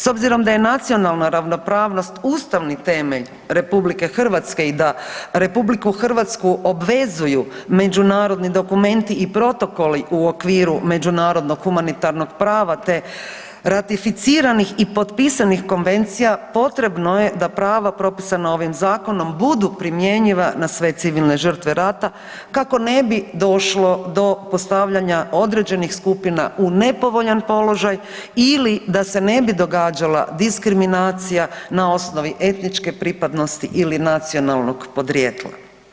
S obzirom da je nacionalna ravnopravnost ustavni temelj RH i da RH obvezuju međunarodni dokumenti i protokoli u okviru međunarodnog humanitarnog prava, te ratificiranih i potpisanih konvencija potrebno je da prava propisana ovim zakonom budu primjenjiva na sve civilne žrtve rata kako ne bi došlo do postavljanja određenih skupina u nepovoljan položaj ili da se ne bi događala diskriminacija na osnovi etničke pripadnosti ili nacionalnog podrijetla.